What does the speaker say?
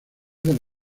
del